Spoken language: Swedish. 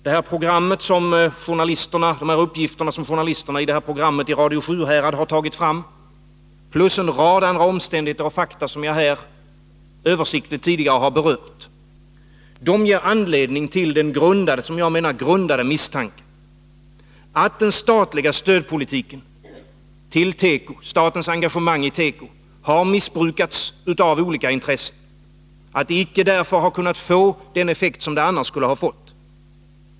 De uppgifter som journalisterna i programmet i Radio Sjuhärad har tagit fram plus en rad andra omständigheter och fakta som jag tidigare översiktligt har berört här ger anledning till den som jag menar grundade misstanken att den statliga stödpolitiken till teko, statens engagemang i teko, har missbrukats av olika intressen. Därför har den inte kunnat få den effekt som den annars skulle ha fått.